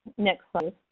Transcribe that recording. next um